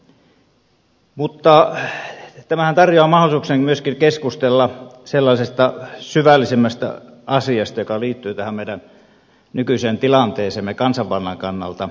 mutta tämähän tarjoaa mahdollisuuksia myöskin keskustella sellaisesta syvällisemmästä asiasta joka liittyy tähän meidän nykyiseen tilanteeseemme kansanvallan kannalta